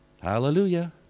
Hallelujah